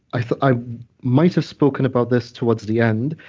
i might have spoken about this towards the end.